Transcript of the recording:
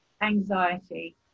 anxiety